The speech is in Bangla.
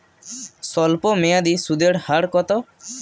স্বল্পমেয়াদী সুদের হার কত?